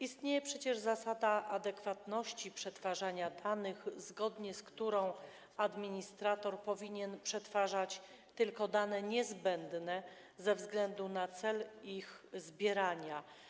Istnieje przecież zasada adekwatności przetwarzania danych, zgodnie z którą administrator powinien przetwarzać tylko dane niezbędne ze względu na cel ich zbierania.